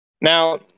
Now